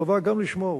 וחובה גם לשמור